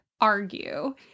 argue